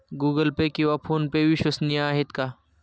Google Pay किंवा PhonePe विश्वसनीय आहेत का?